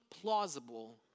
plausible